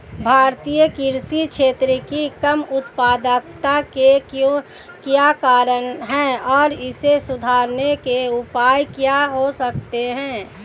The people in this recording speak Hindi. भारतीय कृषि क्षेत्र की कम उत्पादकता के क्या कारण हैं और इसे सुधारने के उपाय क्या हो सकते हैं?